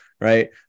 right